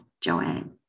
Joanne